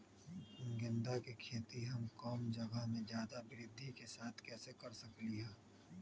गेंदा के खेती हम कम जगह में ज्यादा वृद्धि के साथ कैसे कर सकली ह?